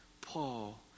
Paul